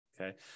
okay